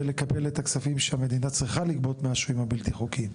לקבל את הכספים שהמדינה צריכה לגבות מהשוהים הבלתי חוקיים?